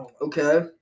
Okay